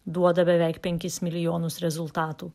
duoda beveik penkis milijonus rezultatų